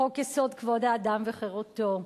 חוק-יסוד: כבוד האדם וחירותו,